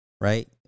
right